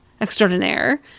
extraordinaire